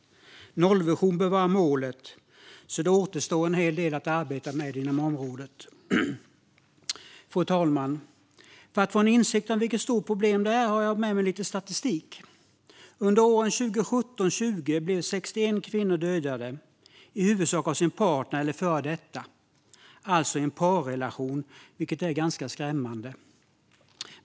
Nollvision bör vara målet, så det återstår en hel del att arbeta med inom området. Fru talman! För att vi ska få insikt om vilket stort problem detta är har jag med lite statistik. Under åren 2017-2020 blev 61 kvinnor dödade, i huvudsak av sin partner eller före detta - alltså i en parrelation, vilket är ganska skrämmande.